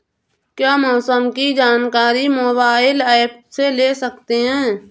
क्या मौसम की जानकारी मोबाइल ऐप से ले सकते हैं?